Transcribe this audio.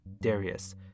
Darius